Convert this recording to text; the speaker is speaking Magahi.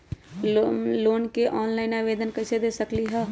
हम लोन के ऑनलाइन आवेदन कईसे दे सकलई ह?